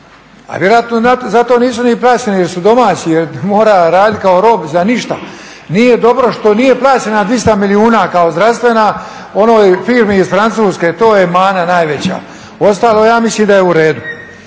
A vjerojatno zato nisu ni plaćeni jer su domaći, jer mora raditi kao rob za ništa. Nije dobro što nije plaćena 200 milijuna kao zdravstvena onoj firmi iz Francuske, to je mana najveća. Ostalo ja mislim da je u redu.